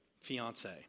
fiance